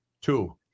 two